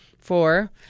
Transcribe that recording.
Four